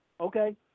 Okay